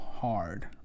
hard